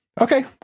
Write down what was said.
Okay